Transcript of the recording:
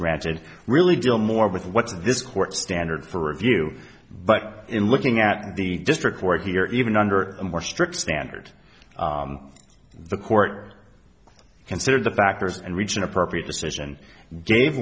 granted really deal more with what's this court standard for review but in looking at the district court here even under a more strict standard the court considered the factors and reach an appropriate decision gave